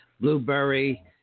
Blueberry